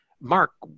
Mark